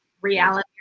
reality